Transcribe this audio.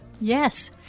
Yes